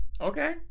okay